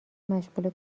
مشغول